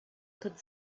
could